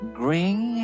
green